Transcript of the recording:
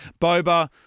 Boba